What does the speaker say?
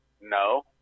No